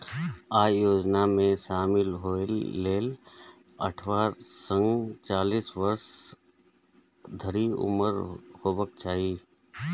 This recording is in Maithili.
अय योजना मे शामिल होइ लेल अट्ठारह सं चालीस वर्ष धरि उम्र हेबाक चाही